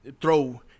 throw